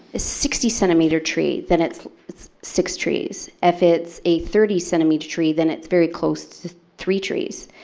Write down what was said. sixty centimetre tree, then it's it's six trees. if it's a thirty centimetre tree, then it's very close to three trees.